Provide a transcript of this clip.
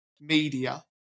media